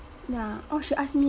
ya oh she ask me